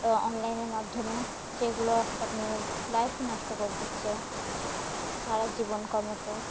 বা অনলাইনের মাধ্যমে যেগুলো একটা মেয়ের লাইফই নষ্ট করে দিচ্ছে সারা জীবনকার মতো